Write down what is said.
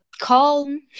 calm